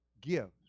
gift